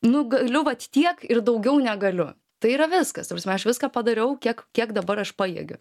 nu galiu vat tiek ir daugiau negaliu tai yra viskas ta prasme aš viską padariau kiek kiek dabar aš pajėgiu